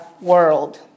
world